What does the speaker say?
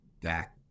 Dak